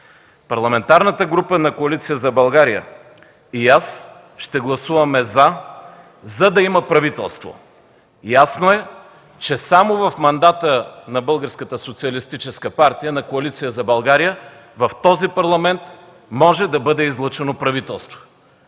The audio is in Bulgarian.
Парламентарната група на Коалиция за България и аз ще гласуваме „за”, за да има правителство. Ясно е, че само в мандата на Българската социалистическа партия, на Коалиция за България в този Парламент може да бъде излъчено правителство.